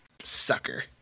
Sucker